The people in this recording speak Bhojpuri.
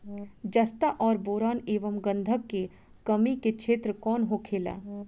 जस्ता और बोरान एंव गंधक के कमी के क्षेत्र कौन होखेला?